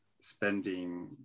spending